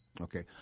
okay